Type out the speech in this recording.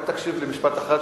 תקשיב לי רק למשפט אחד,